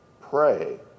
pray